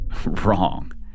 wrong